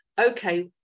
okay